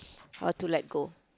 how to let go